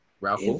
Ralph